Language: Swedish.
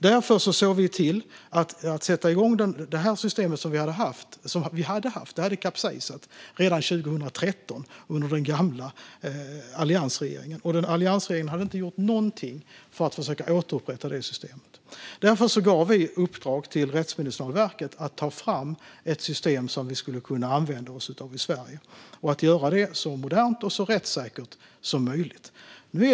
Vi såg därför till att sätta igång det system som hade funnits men som hade kapsejsat redan 2013, under den gamla alliansregeringen. Och alliansregeringen hade inte gjort någonting för att försöka återupprätta det. Vi gav Rättsmedicinalverket i uppdrag att ta fram ett system som vi i Sverige skulle kunna använda oss av. Och det skulle vara så modernt och rättssäkert som möjligt.